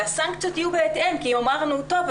הסנקציות יהיו בהתאם כי הם אומרים: טוב,